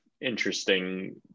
interesting